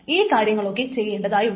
ഈ കാര്യങ്ങളൊക്കെ ചെയ്യേണ്ടതായുണ്ട്